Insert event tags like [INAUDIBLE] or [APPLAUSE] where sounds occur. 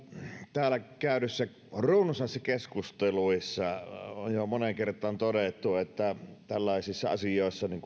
täällä käydyissä runsaissa keskusteluissa on jo moneen kertaan todettu että tällaisissa asioissa niin [UNINTELLIGIBLE]